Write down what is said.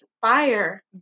Fire